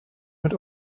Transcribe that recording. mit